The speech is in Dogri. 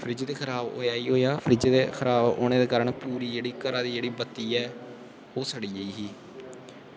फ्रिज ते खराब होआ गै होआ ते ओह्दे कन्नै खराब होने दे कारण ओह्दी जेह्ड़ी बत्ती ओह् सड़ी गेई ही